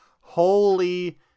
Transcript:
Holy